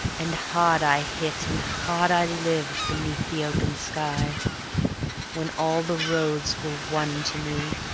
and hard i hit and hard i lived beneath the open sky when all the roads were one to me,